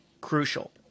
crucial